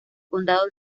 condado